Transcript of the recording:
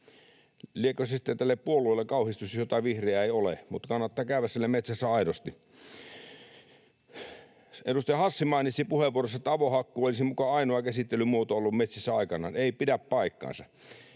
se sitten tälle puolueelle kauhistus, jos jotain vihreää ei ole, mutta kannattaa käydä siellä metsässä aidosti. Edustaja Hassi mainitsi puheenvuorossaan, että avohakkuu olisi muka ainoa käsittelymuoto ollut metsissä aikanaan. Ei pidä paikkaansa.